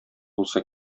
булса